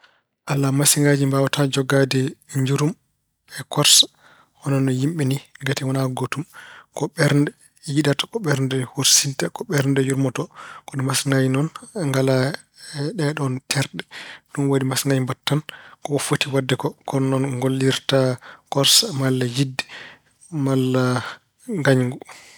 Alaa, masiŋaaji mbaawataa jogaade njurum e korsa hono yimɓe ni ngati wonaa gootum. Ko ɓernde yiɗata. Ko ɓernde horsinta. Ko ɓernde yurmotoo. Kono masiŋaaji noon ngalaa ɗeeɗoon terɗe. Ɗum waɗi masiŋaaji mbaɗata tan ko ko poti waɗde ko. Kono noon ngollirta korsa malla yiɗde malla ngañgu.